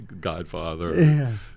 Godfather